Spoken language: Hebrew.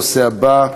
הנושא הבא: